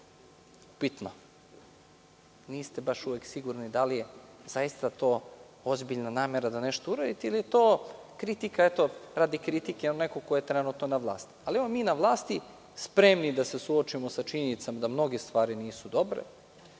upitno. Niste baš uvek sigurni da li je zaista to ozbiljna namera da nešto uradite ili je to kritika, eto, radi kritike nekog ko je trenutno na vlasti. Evo, mi na vlasti, spremni da se suočimo sa činjenicom da mnoge stvari nisu dobre,